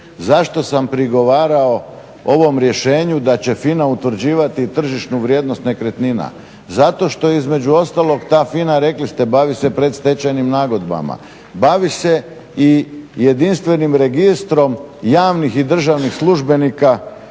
Zašto sam prigovarao ovom rješenju da će FINA utvrđivati tržišnu vrijednost nekretnina? Zato što između ostalog ta FINA rekli ste bavi se predstečajnim nagodbama. Bavi se i jedinstvenim registrom javnih i državnih službenika